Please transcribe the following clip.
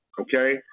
okay